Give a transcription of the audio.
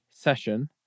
session